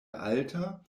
alta